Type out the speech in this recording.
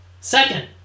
Second